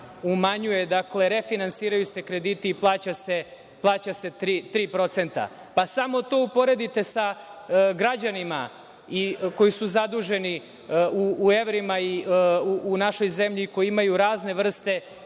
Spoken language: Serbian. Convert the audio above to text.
umanjuje. Dakle, refinansiraju se krediti i plaća se tri procenta. Samo to uporedite sa građanima koji su zaduženi u evrima u našoj zemlji i koji imaju razne vrste kredita